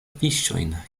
fiŝojn